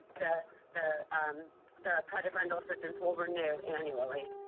the the the project rental assistance will renew annually.